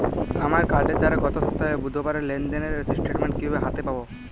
আমার কার্ডের দ্বারা গত সপ্তাহের বুধবারের লেনদেনের স্টেটমেন্ট কীভাবে হাতে পাব?